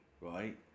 right